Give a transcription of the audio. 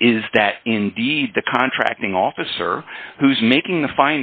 is that indeed the contracting officer who's making the fi